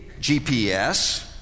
GPS